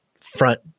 front